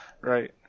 Right